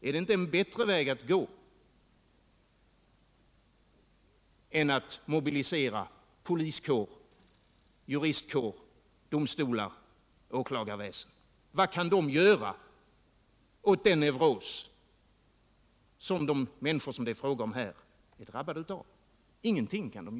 Är inte det en bättre väg att gå än att mobilisera poliskår, juristkår, domstolar och åklagarväsende? Vad kan dessa göra åt den neuros som människorna det här är fråga om har drabbats av? Ingenting kan göras!